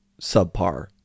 subpar